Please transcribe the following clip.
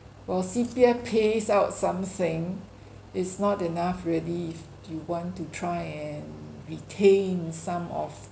while C_P_F pays out something it's not enough really if you want to try and retain some of